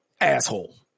asshole